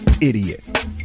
idiot